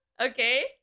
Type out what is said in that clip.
Okay